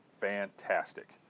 fantastic